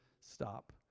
stop